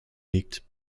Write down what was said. liegt